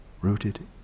rooted